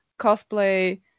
cosplay